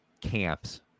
camps